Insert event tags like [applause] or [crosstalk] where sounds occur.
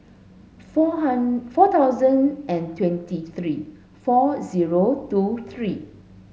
four [unintelligible] four thousand and twenty three four zero two three